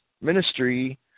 ministry